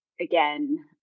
again